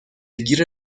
گیر